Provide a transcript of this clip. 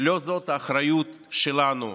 לא זאת האחריות שלנו,